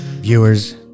Viewers